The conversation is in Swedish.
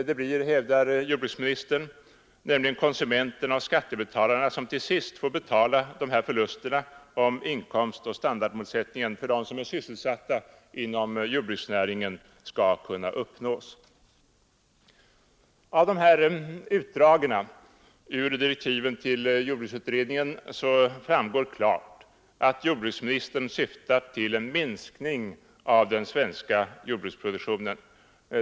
Det blir, hävdar jordbruksministern, nämligen konsumenterna och skattebetalarna som till sist får betala dessa förluster om inkomstoch standardmålsättningen för dem som är sysselsatta inom jordbruksnäringen skall kunna uppnås. Av de här utdragen ur direktiven till jordbruksutredningen framgår klart att jordbruksministern syftat till en minskning av den svenska jordbruksproduktionen.